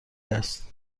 است